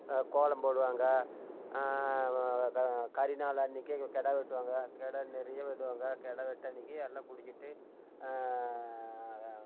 கோலம் போடுவாங்க கரிநாள் அன்னைக்கு கிடா வெட்டுவாங்க கிடா நிறைய வெட்டுவாங்க கிடா வெட்டு அன்னைக்கு எல்லாம் குடிச்சிட்டு